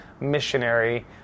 missionary